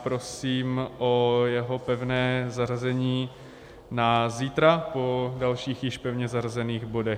Prosím o jeho pevné zařazení na zítra po dalších již pevně zařazených bodech.